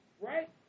Right